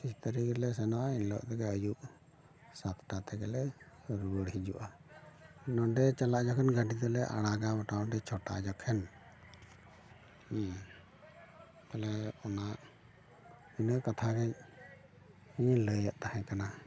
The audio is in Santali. ᱯᱚᱪᱦᱤᱥ ᱛᱟᱹᱨᱤᱠᱷ ᱛᱮᱞᱮ ᱪᱟᱞᱟᱜᱼᱟ ᱤᱱᱦᱤᱞᱳᱜ ᱛᱮᱜᱮ ᱟᱭᱩᱵ ᱥᱟᱛᱴᱟ ᱛᱮᱜᱮ ᱞᱮ ᱨᱩᱣᱟᱹᱲ ᱦᱤᱡᱩᱜᱼᱟ ᱱᱚᱰᱮ ᱪᱟᱞᱟᱜ ᱡᱚᱠᱷᱚᱱ ᱜᱟᱹᱰᱤ ᱫᱚᱞᱮ ᱟᱲᱟᱜᱟ ᱢᱳᱴᱟᱢᱩᱴᱤ ᱪᱷᱚᱴᱟ ᱡᱚᱠᱷᱮᱱ ᱛᱟᱦᱚᱞᱮ ᱚᱱᱟ ᱤᱱᱟᱹ ᱠᱟᱛᱷᱟ ᱜᱮ ᱤᱧ ᱞᱟᱹᱭᱮᱫ ᱛᱟᱦᱮᱸ ᱠᱟᱱᱟ